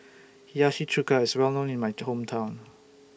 Hiyashi Chuka IS Well known in My Hometown